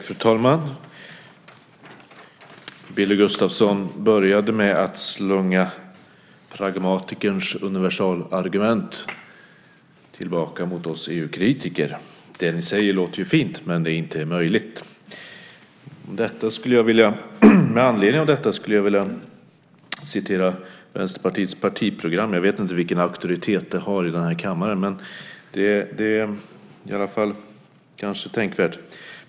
Fru talman! Billy Gustafsson började med att slunga pragmatikerns universalargument tillbaka mot oss EU-kritiker: Det ni säger låter fint, men det är inte möjligt. Med anledning av detta skulle jag vilja citera Vänsterpartiets partiprogram. Jag vet inte vilken auktoritet det har i den här kammaren, men det är i alla fall tänkvärt.